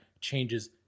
changes